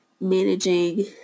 managing